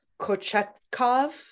Kochetkov